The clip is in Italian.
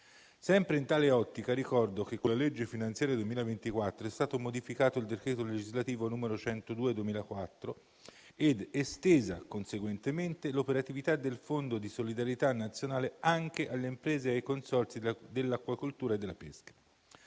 Sempre in tale ottica, ricordo che con la legge finanziaria 2024 è stato modificato il decreto legislativo n. 102 del 2004 ed estesa conseguentemente l'operatività del Fondo di solidarietà nazionale anche alle imprese e ai consorzi dell'acquacoltura e della pesca.